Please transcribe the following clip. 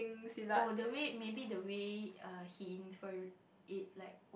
oh the way maybe the way err he inferring it like